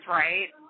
right